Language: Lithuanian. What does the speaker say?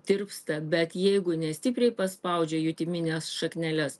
tirpsta bet jeigu nestipriai paspaudžia jutimines šakneles